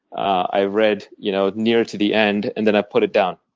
i've read you know near to the end and then i've put it down.